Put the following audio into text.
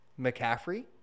McCaffrey